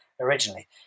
originally